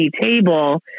table